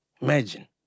Imagine